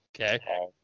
Okay